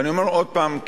ואני אומר עוד פעם,